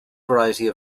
variety